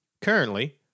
Currently